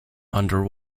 under